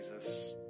Jesus